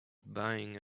buying